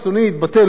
המתנחלים,